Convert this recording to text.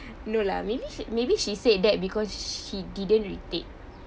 no lah maybe sh~ maybe she said that because she didn't retake